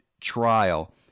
trial